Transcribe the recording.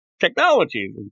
technology